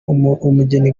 umugeni